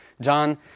John